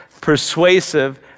persuasive